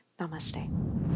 Namaste